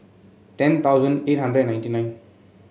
ten thousand eight hundred and ninety nine